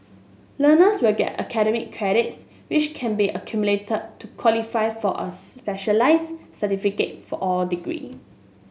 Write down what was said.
learners will get academic credits which can be accumulated to qualify for a specialist certificate for or degree